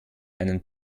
einen